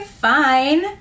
fine